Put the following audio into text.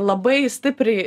labai stipriai